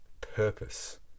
purpose